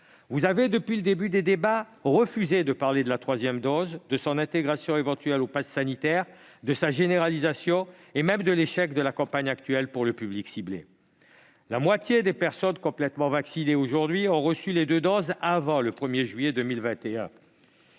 vous avez depuis le début des débats refusé de parler de la troisième dose, de son intégration éventuelle au passe sanitaire, de sa généralisation et même de l'échec de la campagne actuelle pour le public cible. La moitié des personnes complètement vaccinées aujourd'hui ont reçu leurs deux doses avant le 1 juillet 2021.